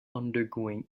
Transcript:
undergoing